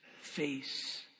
face